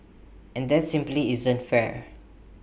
and that simply isn't fair